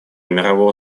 мирового